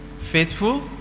faithful